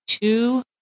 two